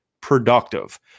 productive